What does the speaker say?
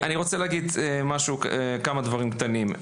אני רוצה להגיד כמה דברים קטנים.